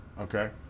okay